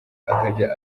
akajya